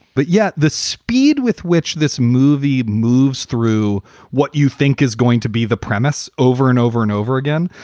but yeah, the speed with which this movie moves through what you think is going to be the premise over and over and over again,